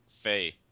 Faye